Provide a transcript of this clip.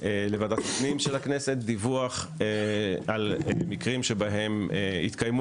הפנים של הכנסת דיווח על מקרים בהם התקיימו